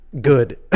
good